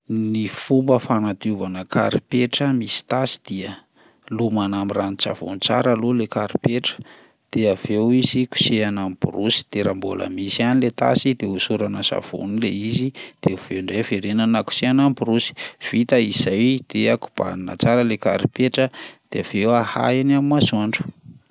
Ny fomba fanadiovana karipetra misy tasy dia: lomana amin'ny ranon-tsavony tsara aloha lay karipetra de avy eo izy kosehana amin'ny borosy de raha mbola misy ihany le tasy de hosorana savony le izy de avy eo indray verenana kosehana amin'ny borosy, vita izay dia kobanina tsara lay karipetra de avy eo ahaha eny amin'ny masoandro.